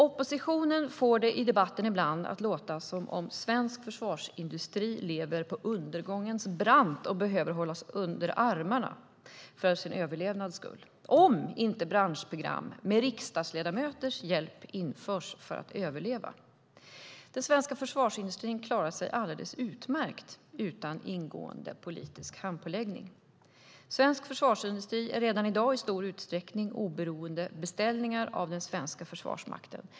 Oppositionen får det i debatten ibland att låta som om svensk försvarsindustri lever på undergångens brant och behöver hållas under armarna för sin överlevnads skull om inte branschprogram med riksdagsledamöters hjälp införs. Den svenska försvarsindustrin klarar sig alldeles utmärkt utan ingående politisk handpåläggning. Svensk försvarsindustri är redan i dag i stor utsträckning oberoende av beställningar av den svenska Försvarsmakten.